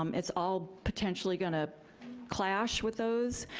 um it's all potentially gonna clash with those.